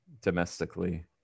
domestically